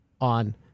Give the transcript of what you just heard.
on